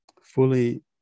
Fully